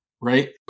Right